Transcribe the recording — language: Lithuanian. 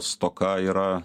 stoka yra